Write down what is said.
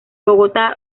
bogotá